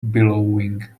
billowing